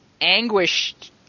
anguished